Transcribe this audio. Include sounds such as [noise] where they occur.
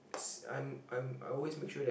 [noise] I'm I'm I always make sure that